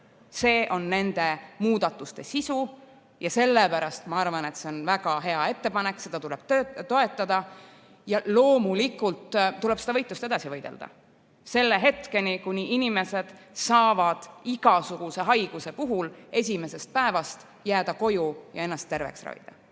See on nende muudatuste sisu ja sellepärast ma arvan, et see on väga hea ettepanek, seda tuleb toetada. Ja loomulikult tuleb seda võitlust edasi võidelda selle hetkeni, kuni inimesed saavad igasuguse haiguse puhul esimesest päevast jääda koju ja ennast terveks ravida.